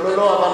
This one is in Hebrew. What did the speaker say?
לא, לא, לא.